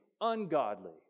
ungodly